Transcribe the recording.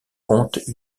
compte